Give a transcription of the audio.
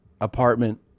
apartment